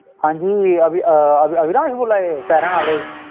हां जी अवि अवि अविलाश बोल्ला दे शैरण आह्ले